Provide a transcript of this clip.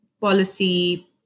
policy